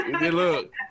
look